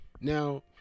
now